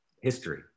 history